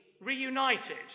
reunited